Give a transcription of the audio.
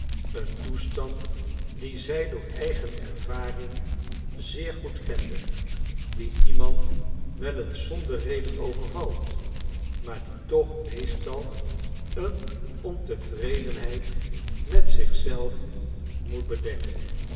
een toestand dien zij door eigen ervaring zeer goed kende die iemand wel eens zonder reden overvalt maar die toch meestal een ontevredenheid met zichzelf moet bedekken